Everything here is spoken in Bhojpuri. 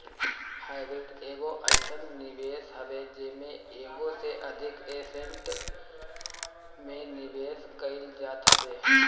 हाईब्रिड एगो अइसन निवेश हवे जेमे एगो से अधिक एसेट में निवेश कईल जात हवे